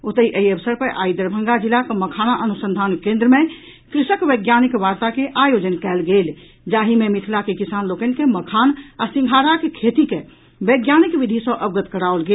ओतहि एहि अवसर पर आइ दरभंगा जिलाक मखाना अनुसंधान केन्द्र मे कृषक वैज्ञानिक वार्ता के आयोजन कयल गेल जाहि मे मिथिला के किसान लोकनि के मखान आ सिंघाड़ा के खेती के वैज्ञानिक विधि सॅ अवगत कराओल गेल